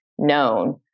known